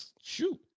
Shoot